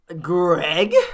Greg